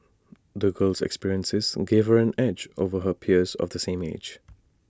the girl's experiences gave her an edge over her peers of the same age